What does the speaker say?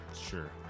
Sure